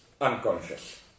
unconscious